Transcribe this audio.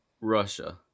Russia